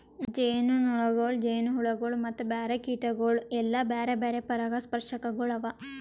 ಜೇನುನೊಣಗೊಳ್, ಜೇನುಹುಳಗೊಳ್ ಮತ್ತ ಬ್ಯಾರೆ ಕೀಟಗೊಳ್ ಎಲ್ಲಾ ಬ್ಯಾರೆ ಬ್ಯಾರೆ ಪರಾಗಸ್ಪರ್ಶಕಗೊಳ್ ಅವಾ